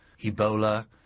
Ebola